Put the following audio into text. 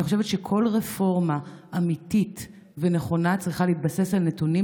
אני חושבת שכל רפורמה אמיתית ונכונה צריכה להתבסס על נתונים,